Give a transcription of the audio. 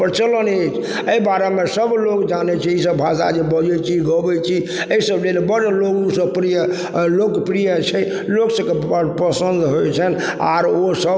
प्रचलन अइछ अइ बारेमे सब लोक जानय छै ईसब भाषा जे बजय छी गबय छी अइ सब लेल बड़ लोक सब प्रिय लोकप्रिय छै लोक सबके बड़ पसन्द होइ छन्हि आओर ओ सब